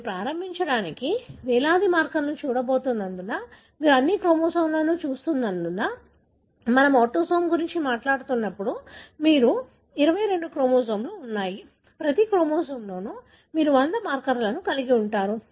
మీరు ప్రారంభించడానికి వేలాది మార్కర్లను చూడబోతున్నందున మీరు అన్ని క్రోమోజోమ్లను చూస్తున్నందున మనము ఆటోసోమ్ గురించి మాట్లాడుతున్నప్పుడు మీకు 22 క్రోమోజోమ్లు ఉన్నాయి ప్రతి క్రోమోజోమ్లో మీరు 100 మార్కర్లను కలిగి ఉండవచ్చు